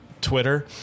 Twitter